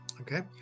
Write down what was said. okay